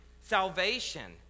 Salvation